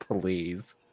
please